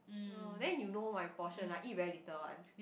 oh then you know my portion I eat very little one